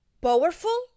powerful